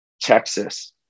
Texas